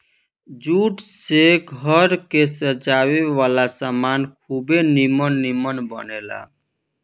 jute से घर के सजावे वाला सामान खुबे निमन निमन बनेला